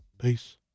Peace